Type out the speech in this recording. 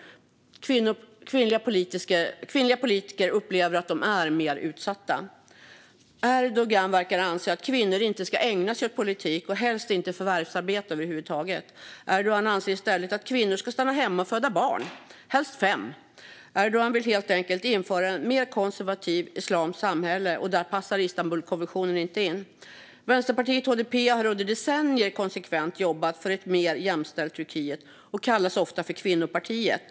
Kvinnliga politiker upplever att de är mer utsatta. Erdogan verkar anse att kvinnor inte ska ägna sig åt politik och helst inte förvärvsarbeta över huvud taget. Erdogan anser att kvinnor i stället ska stanna hemma och föda barn, helst fem. Erdogan vill helt enkelt införa ett mer konservativt islamiskt samhälle, och där passar Istanbulkonventionen inte in. Vänsterpartiet HDP har under decennier konsekvent jobbat för ett mer jämställt Turkiet och kallas ofta för kvinnopartiet.